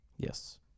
Yes